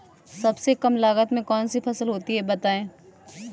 सबसे कम लागत में कौन सी फसल होती है बताएँ?